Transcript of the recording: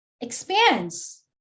expands